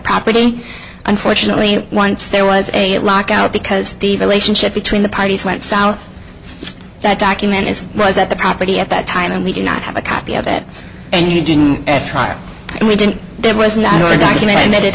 property unfortunately once there was a lockout because the relationship between the parties went south that document is was at the property at that time and we do not have a copy of it and you didn't try and we didn't there was not one document